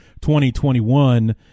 2021